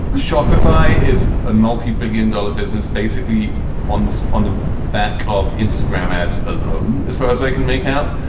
shopify is a multi-billion dollar business basically on this on the back of instagram ads alone. as far as i can make out,